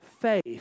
faith